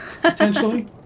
Potentially